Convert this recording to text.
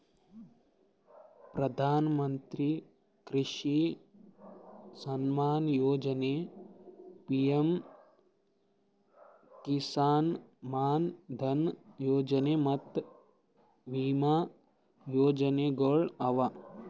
ಪ್ರಧಾನ ಮಂತ್ರಿ ಕೃಷಿ ಸಮ್ಮಾನ ಯೊಜನೆ, ಪಿಎಂ ಕಿಸಾನ್ ಮಾನ್ ಧನ್ ಯೊಜನೆ ಮತ್ತ ವಿಮಾ ಯೋಜನೆಗೊಳ್ ಅವಾ